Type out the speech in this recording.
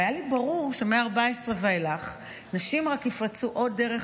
והיה לי ברור שמ-2014 ואילך נשים רק יפרצו עוד דרך